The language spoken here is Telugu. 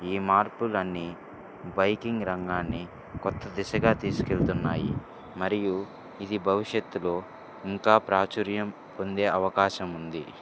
ఈ మార్పులు అన్నీ బైకింగ్ రంగాన్ని కొత్త దిశగా తీసుకు వెళ్తున్నాయి మరియు ఇది భవిష్యత్తులో ఇంకా ప్రాచుర్యం పొందే అవకాశం ఉంది